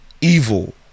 evil